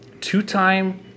two-time